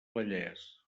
vallès